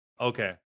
Okay